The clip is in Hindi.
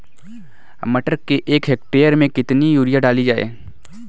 मटर के एक हेक्टेयर में कितनी यूरिया डाली जाए?